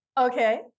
Okay